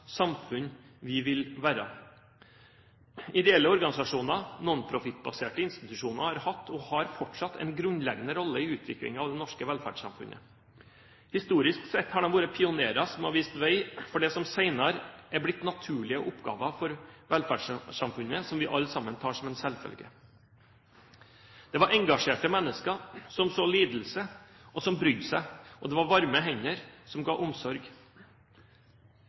samfunn vi vil være. Ideelle organisasjoner, nonprofitbaserte institusjoner, har hatt og har fortsatt en grunnleggende rolle i utviklingen av det norske velferdssamfunnet. Historisk sett har de vært pionerer som har vist vei for det som senere er blitt naturlige oppgaver for velferdssamfunnet, som vi alle sammen tar som en selvfølge. Det var engasjerte mennesker, som så lidelse, og som brydde seg. Det var varme hender, som ga omsorg.